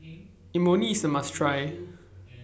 Imoni IS A must Try